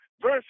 Verse